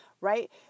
right